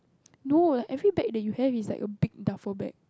no every bag that you have is like a big duffel bag